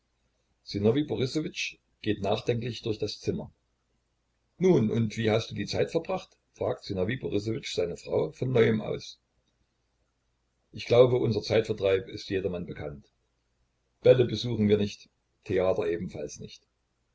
borissowitsch geht nachdenklich durch das zimmer nun und wie hast du die zeit verbracht fragt sinowij borissowitsch seine frau von neuem aus ich glaube unser zeitvertreib ist jedermann bekannt bälle besuchen wir nicht theater ebenfalls nicht